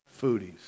Foodies